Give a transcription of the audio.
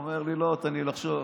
הוא אומר לי: לא, תן לי לחשוב.